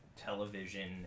television